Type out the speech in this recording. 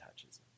touches